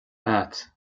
agat